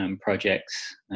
projects